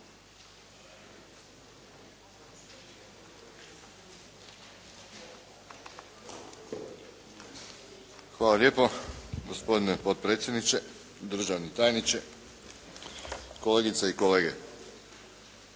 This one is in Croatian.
Hvala lijepo. Gospodine potpredsjedniče, državni tajniče, kolegice i kolege.